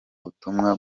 butumwa